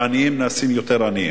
והעניים נעשים יותר עניים.